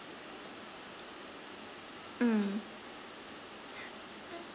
mm